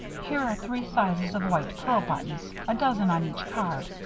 here are three sizes of white pearl buttons a dozen on each card.